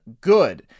good